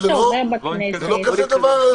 זה לא כזה דבר,